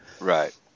Right